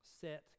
set